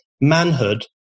manhood